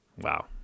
Wow